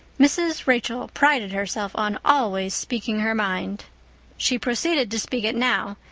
mrs. rachel prided herself on always speaking her mind she proceeded to speak it now,